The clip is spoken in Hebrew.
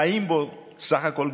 חיים בו בסך הכול,